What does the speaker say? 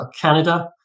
Canada